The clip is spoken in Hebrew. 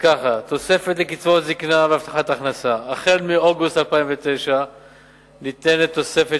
תוספת לקצבאות הזיקנה והבטחת הכנסה: החל מאוגוסט ניתנת תוספת